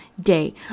day